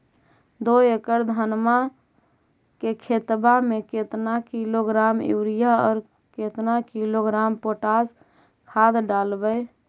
दो एकड़ धनमा के खेतबा में केतना किलोग्राम युरिया और केतना किलोग्राम पोटास खाद डलबई?